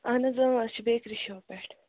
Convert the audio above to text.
اَہَن حظ أسۍ چھِ بیکری شاپ پٮ۪ٹھ